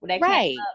right